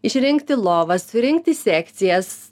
išrinkti lovą surinkti sekcijas